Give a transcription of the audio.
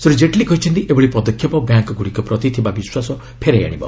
ଶ୍ରୀ ଜେଟଲୀ କହିଛନ୍ତି ଏଭଳି ପଦକ୍ଷେପ ବ୍ୟାଙ୍କଗୁଡ଼ିକ ପ୍ରତି ଥିବା ବିଶ୍ୱାସ ଫେରାଇ ଆଶିବ